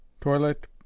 toilet